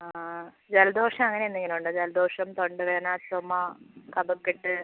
ആ ജലദോഷം അങ്ങനെ എന്തെങ്കിലും ഉണ്ടോ ജലദോഷം തൊണ്ടവേദന ചുമ കഫക്കെട്ട്